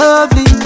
Lovely